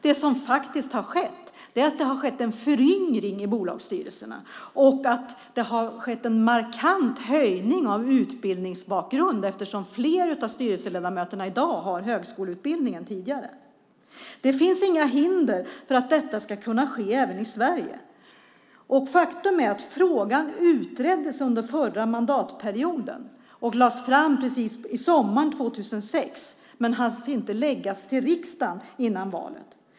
Det som faktiskt har skett är en föryngring av bolagsstyrelserna och en markant höjning av utbildningsbakgrund eftersom fler styrelseledamöter i dag har högskoleutbildning än tidigare. Det finns inga hinder för att detta ska kunna ske även i Sverige. Faktum är att frågan utreddes under den förra mandatperioden och lades fram sommaren 2006. Men den hann inte läggas fram i riksdagen före valet.